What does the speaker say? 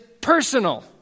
personal